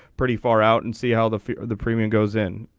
pretty far out and see how the fear of the premium goes in.